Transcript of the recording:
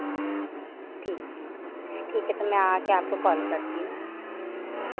ठीक है ठीक है तो मैं आके आपको कॉल करती हूँ